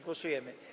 Głosujemy.